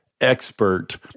expert